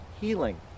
healing